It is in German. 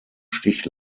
stich